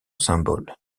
symboles